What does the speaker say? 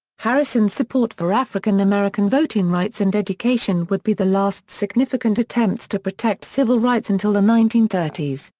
harrison's support for african american voting rights and education would be the last significant attempts to protect civil rights until the nineteen thirty s.